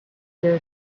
this